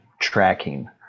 tracking